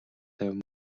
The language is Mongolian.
тайван